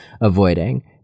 avoiding